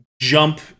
jump